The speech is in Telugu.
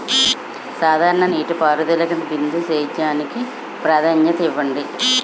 సాధారణ నీటిపారుదల కంటే బిందు సేద్యానికి ప్రాధాన్యత ఇవ్వండి